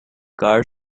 car